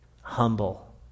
humble